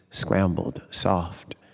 scrambled soft.